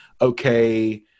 okay